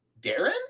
darren